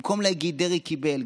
במקום להגיד: דרעי קיבל,